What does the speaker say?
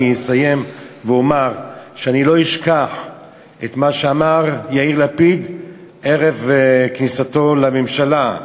אני אסיים ואומר שאני לא אשכח את מה שאמר יאיר לפיד ערב כניסתו לממשלה.